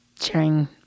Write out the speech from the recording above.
sharing